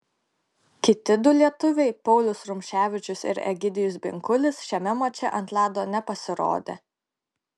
kiti du lietuviai paulius rumševičius ir egidijus binkulis šiame mače ant ledo nepasirodė